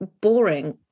boring